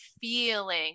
feeling